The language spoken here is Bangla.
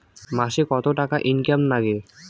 মাসে কত টাকা ইনকাম নাগে?